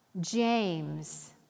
James